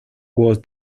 was